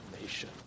nation